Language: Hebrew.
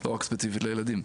ולא רק ספציפית לילדים.